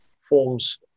forms